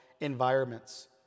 environments